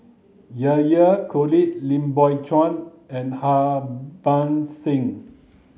Yahya Cohen Lim Biow Chuan and Harbans Singh